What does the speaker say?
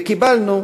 וקיבלנו,